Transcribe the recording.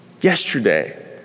yesterday